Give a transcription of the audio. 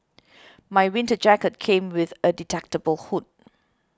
my winter jacket came with a detachable hood